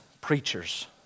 preachers